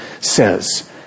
says